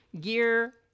gear